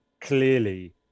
clearly